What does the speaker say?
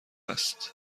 است